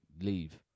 leave